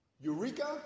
Eureka